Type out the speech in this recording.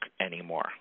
anymore